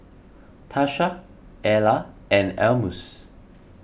Tasha Ella and Almus